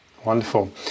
Wonderful